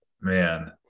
Man